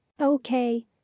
Okay